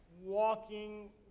walking